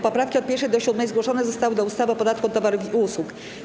Poprawki od 1. do 7. zgłoszone zostały do ustawy o podatku od towarów i usług.